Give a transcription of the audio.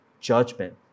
judgment